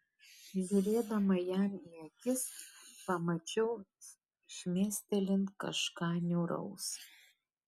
žiūrėdama jam į akis pamačiau šmėstelint kažką niūraus